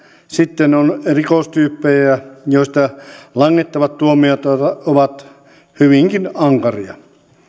sitten on rikostyyppejä joista langetettavat tuomiot ovat hyvinkin ankaria